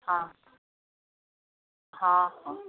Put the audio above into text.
ହଁ ହଁ ହଁ